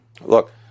Look